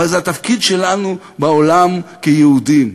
הרי זה התפקיד שלנו בעולם כיהודים,